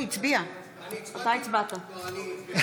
אני הצבעתי.